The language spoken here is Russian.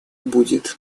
будет